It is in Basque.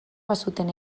bazuten